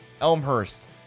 Elmhurst